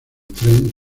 tren